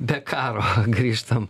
be karo grįžtam